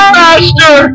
master